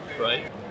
Right